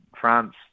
France